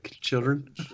children